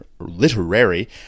Literary